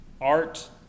Art